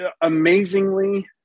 amazingly